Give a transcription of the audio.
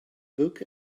book